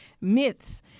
myths